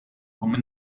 come